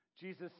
Jesus